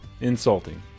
Insulting